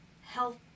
health